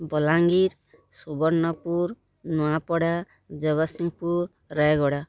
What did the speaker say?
Balangir Subarnapur Nuapada Jagatsinghpur Rayagada